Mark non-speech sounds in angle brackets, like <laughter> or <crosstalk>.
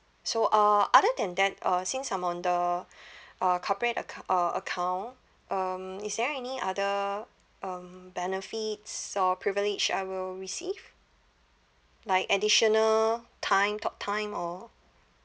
so uh other than that uh since I'm on the <breath> uh corporate accou~ uh account um is there any other um benefits or privilege I will receive like additional time talk time or